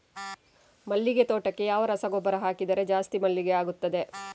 ಮಲ್ಲಿಗೆ ತೋಟಕ್ಕೆ ಯಾವ ರಸಗೊಬ್ಬರ ಹಾಕಿದರೆ ಜಾಸ್ತಿ ಮಲ್ಲಿಗೆ ಆಗುತ್ತದೆ?